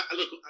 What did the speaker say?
look